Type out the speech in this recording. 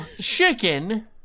Chicken